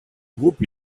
groupe